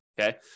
okay